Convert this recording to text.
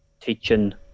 teaching